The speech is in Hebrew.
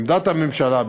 עמדת הממשלה,